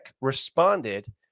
responded